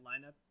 lineup